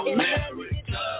America